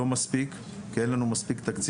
זה לא מספיק כי אין לנו מספיק תקציב.